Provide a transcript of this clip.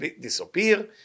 disappear